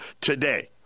today